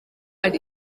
iri